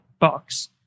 box